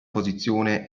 posizione